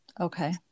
okay